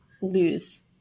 lose